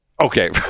Okay